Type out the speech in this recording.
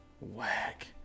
Whack